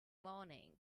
morning